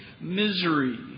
misery